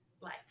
life